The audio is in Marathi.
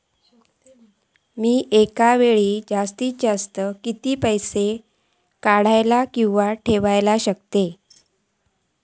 मी एका फाउटी जास्तीत जास्त कितके पैसे घालूक किवा काडूक शकतय?